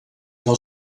del